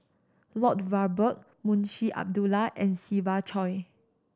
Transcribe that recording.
Lloyd Valberg Munshi Abdullah and Siva Choy